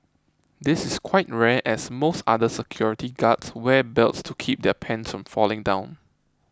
this is quite rare as most other security guards wear belts to keep their pants from falling down